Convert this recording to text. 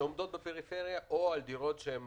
שעומדות בפריפריה או על דירות שהן